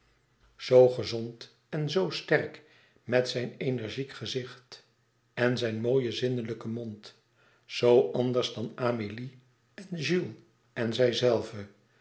zoo gezond en zoo sterk met zijn energiek gezicht en zijn mooien zinnelijken mond zoo anders dan amélie en jules en zijzelve